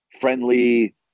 friendly